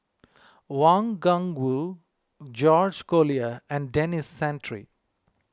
Wang Gungwu George Collyer and Denis Santry